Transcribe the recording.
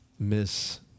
Miss